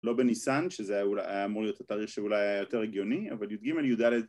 ‫לא בניסן, שזה היה אמור להיות ‫הטריר שאולי היה יותר הגיוני, ‫אבל יג-יד...